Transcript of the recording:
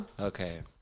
Okay